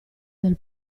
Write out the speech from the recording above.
del